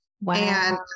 Wow